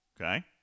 Okay